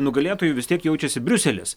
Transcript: nugalėtoju vis tiek jaučiasi briuselis